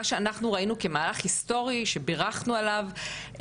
שאנחנו ראינו כמהלך היסטורי שבירכנו עליו,